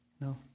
No